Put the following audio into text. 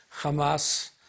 hamas